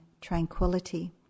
tranquility